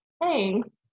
thanks